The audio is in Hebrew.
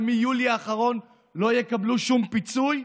ומיולי האחרון לא יקבלו שום פיצוי?